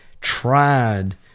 tried